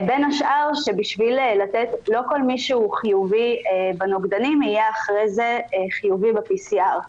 בין השאר לא כל מי שהוא חיובי בנוגדנים יהיה אחרי זה חיובי ב-PCR,